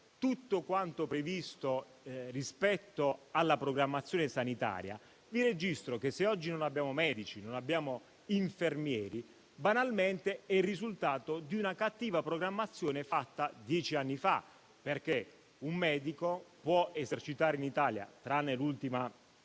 tutto quanto previsto rispetto alla programmazione sanitaria: vi registro infatti che, se oggi non abbiamo medici o infermieri, banalmente è il risultato di una cattiva programmazione fatta dieci anni fa; un medico può esercitare in Italia - tranne le ultime